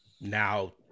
Now